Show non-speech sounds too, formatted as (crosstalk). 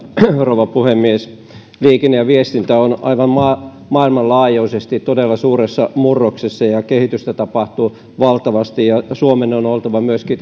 rouva puhemies liikenne ja viestintä on aivan maailmanlaajuisesti todella suuressa murroksessa ja kehitystä tapahtuu valtavasti ja suomen on oltava myöskin (unintelligible)